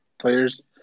players